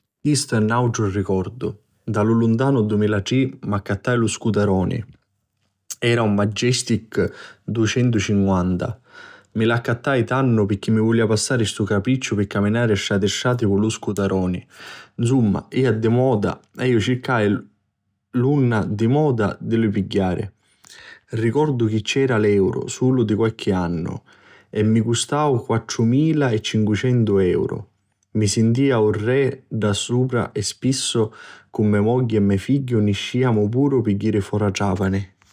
Chistu è nàutru ricordu. Nta lu luntanu dumilatrì m'accattai lu scuteruni, era un magiestic ducentucinquanta. Mi l'accattai tannu pirchì mi vulia passari stu capricciu di caminari strati strati cu lu scuteruni. Nsumma jia di moda e iu carvarcai l'unna di la moda e mi lu pigghiai. Ricordu chi c'era l'euru sulu di qualchi annu e chi mi custau quattrumila e cincucentu euru. Mi sintia un re ddà supra e spissu cu me mogghi e me figghiu nisciamu puru pi jiri fora Trapani.